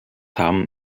haben